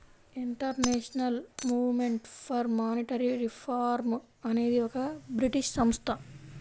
international movement for monetary reform అనేది ఒక British సంస్థ